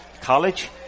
College